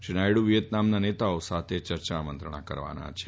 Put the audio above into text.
શ્રી નાયડૂ વિચેતનામના નેતાઓ સાથે ચર્ચા મંત્રણા કરશે